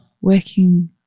working